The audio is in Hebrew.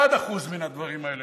אחוז אחד מהדברים האלה,